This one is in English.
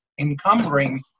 encumbering